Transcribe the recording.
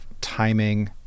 timing